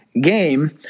game